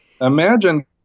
Imagine